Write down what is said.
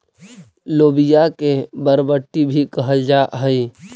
लोबिया के बरबट्टी भी कहल जा हई